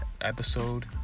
episode